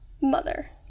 Mother